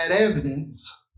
evidence